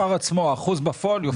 המספר עצמו, האחוז בפועל יופיע?